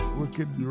wicked